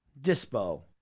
Dispo